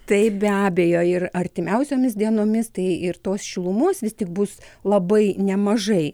taip be abejo ir artimiausiomis dienomis tai ir tos šilumos vis tik bus labai nemažai